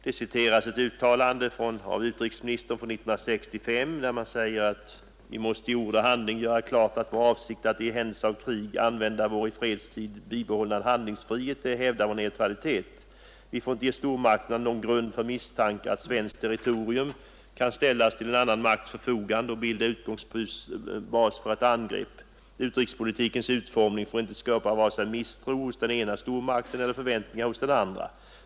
Där citeras ett uttalande av förre utrikesministern från 1965: ”Vi måste i ord och handling göra klart, att vår avsikt är att i händelse av krig använda vår i fredstid bibehållna handlingsfrihet till att hävda vår neutralitet. Vi får inte ge stormakterna någon grund för misstankar att svenskt territorium kan ställas till en annan makts förfogande och bilda utgångsbas för ett angrepp. Utrikespolitikens utformning får icke skapa vare sig misstro hos den ena stormakten eller förväntningar hos den andra.